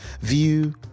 view